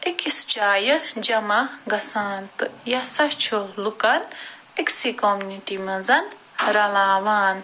اکِس جایہِ جمع گژھان تہٕ یہ ہسا چھُ لوٗکن اکسٕے کوٚمنِٹی منٛز رلاوان